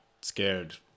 scared